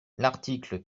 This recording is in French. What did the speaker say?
l’article